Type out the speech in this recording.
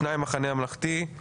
שניים למחנה הממלכתי,